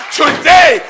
today